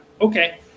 okay